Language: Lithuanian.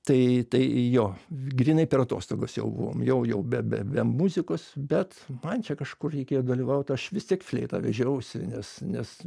tai tai jo grynai per atostogas jau buvom jau jau be be be muzikos bet man čia kažkur reikėjo dalyvaut aš vis tiek fleitą vežiausi nes nes